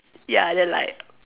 ya then like